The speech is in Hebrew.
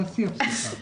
תעשי הפסקה.